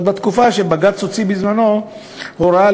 ועוד בתקופה שבג"ץ בזמנו הוציא הוראה